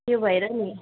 त्यो भएर नि